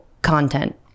content